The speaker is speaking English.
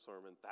sermon